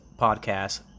podcast